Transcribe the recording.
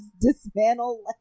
dismantle